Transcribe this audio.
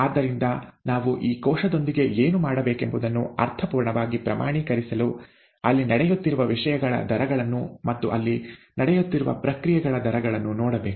ಆದ್ದರಿಂದ ನಾವು ಈ ಕೋಶದೊಂದಿಗೆ ಏನು ಮಾಡಬೇಕೆಂಬುದನ್ನು ಅರ್ಥಪೂರ್ಣವಾಗಿ ಪ್ರಮಾಣೀಕರಿಸಲು ಅಲ್ಲಿ ನಡೆಯುತ್ತಿರುವ ವಿಷಯಗಳ ದರಗಳನ್ನು ಮತ್ತು ಅಲ್ಲಿ ನಡೆಯುತ್ತಿರುವ ಪ್ರಕ್ರಿಯೆಗಳ ದರಗಳನ್ನು ನೋಡಬೇಕು